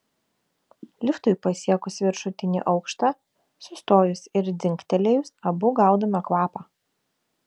liftui pasiekus viršutinį aukštą sustojus ir dzingtelėjus abu gaudome kvapą